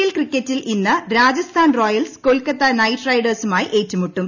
L ക്രിക്കറ്റിൽ ഇന്ന് Rajasthan Royals Kolkata Knight റൈഡേഴ്സുമായി ഏറ്റുമുട്ടും